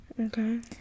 Okay